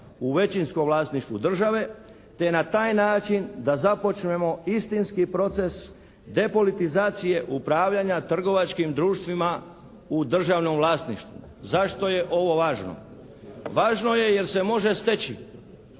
u većinskom vlasništvu države te na taj način da započnemo istinski proces depolitizacije upravljanja trgovačkim društvima u državnom vlasništvu. Zašto je ovo važno? Važno je jer se može steći